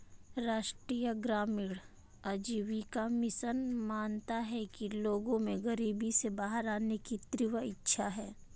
राष्ट्रीय ग्रामीण आजीविका मिशन मानता है कि लोगों में गरीबी से बाहर आने की तीव्र इच्छा है